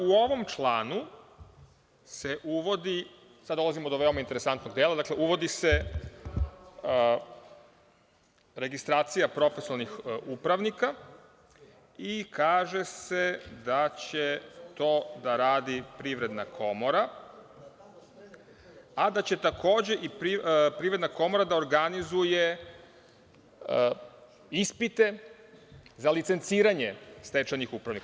U ovom članu se uvodi, sada dolazimo do veoma interesantnog dela, registracija profesionalnih upravnika i kaže se da će to da radi Privredna komora, a da će takođe i Privredna komora da organizuje ispite za licenciranje stečajnih upravnika.